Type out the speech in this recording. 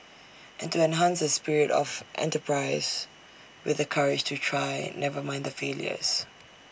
and to enhance the spirit of enterprise with the courage to try never mind the failures